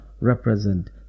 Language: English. represent